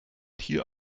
hier